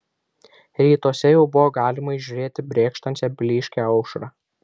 rytuose jau buvo galima įžiūrėti brėkštančią blyškią aušrą